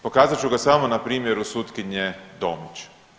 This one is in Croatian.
Pokazat ću ga samo na primjeru sutkinje Tomić.